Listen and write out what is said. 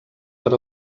per